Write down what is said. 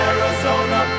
Arizona